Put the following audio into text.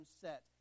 set